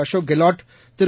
Ashok Gehlot Thiru